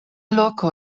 loko